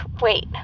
Wait